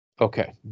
Okay